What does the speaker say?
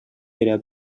era